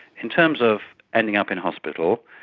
in terms of ending up in hospital,